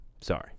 Sorry